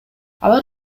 алар